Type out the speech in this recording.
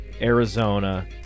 Arizona